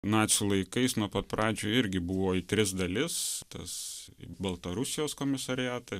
nacių laikais nuo pat pradžių irgi buvo į tris dalis tas baltarusijos komisariatą